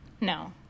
No